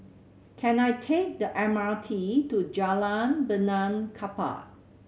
can I take the M R T to Jalan Benaan Kapal